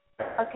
Okay